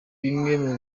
bimwe